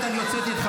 מה אני אעשה?